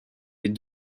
les